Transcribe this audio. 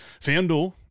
FanDuel